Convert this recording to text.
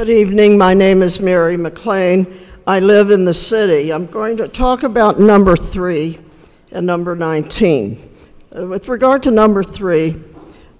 good evening my name is mary maclean i live in the city i'm going to talk about number three and number nineteen with regard to number three